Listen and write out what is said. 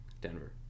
Denver